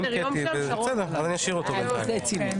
יישום ההתנתקות (תיקון ביטול אתה עושה את הכול ביחד או אחד-אחד,